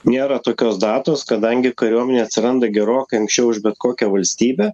nėra tokios datos kadangi kariuomenė atsiranda gerokai anksčiau už bet kokią valstybę